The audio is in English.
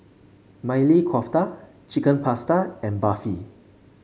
Maili Kofta Chicken Pasta and Barfi